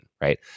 Right